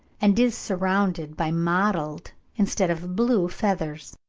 and is surrounded by mottled instead of blue feathers.